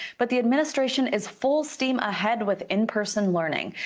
but the administration is full steam ahead with in person learning.